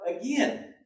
again